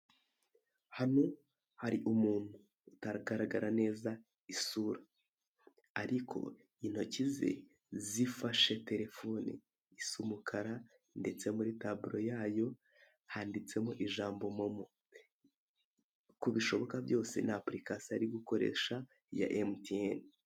Hano hari umuntu utagaragara neza isura, ariko intoki ze zifashe telefone isa umukara ndetse muri taburo yayo handitsemo ijambo momo uko bishoboka byose ni apurikasiyo ari gukoresha ya Mtn.